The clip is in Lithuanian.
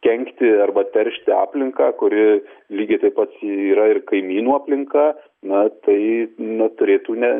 kenkti arba teršti aplinką kuri lygiai taip pat yra ir kaimynų aplinka na tai na turėtų ne